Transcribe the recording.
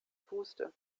puste